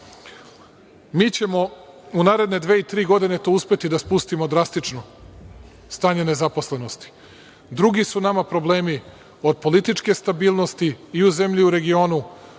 ćemo u naredne dve, tri godine to uspeti da spustimo drastično, stanje nezaposlenosti. Drugi su nama problemi od političke stabilnosti i u zemlji i u regionu.